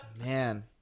Man